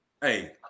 hey